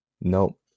Nope